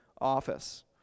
office